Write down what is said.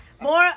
more